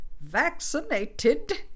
vaccinated